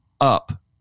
up